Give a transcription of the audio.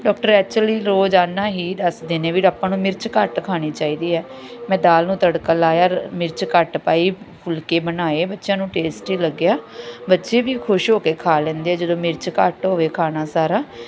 doctor ਐਚਲੀ ਰੋਜ਼ਾਨਾ ਹੀ ਦੱਸਦੇ ਨੇ ਵੀ ਆਪਾਂ ਨੂੰ ਮਿਰਚ ਘੱਟ ਖਾਣੀ ਚਾਹੀਦੀ ਹੈ ਮੈਂ ਦਾਲ ਨੂੰ ਤੜਕਾ ਲਾਇਆ ਮਿਰਚ ਘੱਟ ਪਾਈ ਫੁਲਕੇ ਬਣਾਏ ਬੱਚਿਆਂ ਨੂੰ ਟੇਸਟੀ ਲੱਗਿਆ ਬੱਚੇ ਵੀ ਖੁਸ਼ ਹੋ ਕੇ ਖਾ ਲੈਂਦੇ ਜਦੋਂ ਮਿਰਚ ਘੱਟ ਹੋਵੇ ਖਾਣਾ ਸਾਰਾ